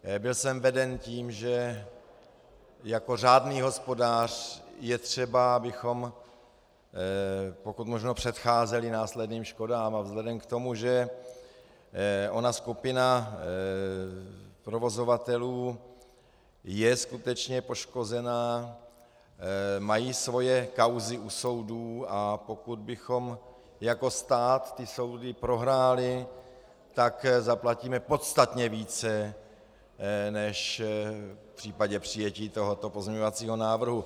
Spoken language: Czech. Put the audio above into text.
Byl jsem veden tím, že jako řádný hospodář je třeba, abychom pokud možno předcházeli následným škodám, a vzhledem k tomu, že ona skupina provozovatelů je skutečně poškozena, mají svoje kauzy u soudů, a pokud bychom jako stát ty soudy prohráli, tak zaplatíme podstatně více než v případě přijetí tohoto pozměňovacího návrhu.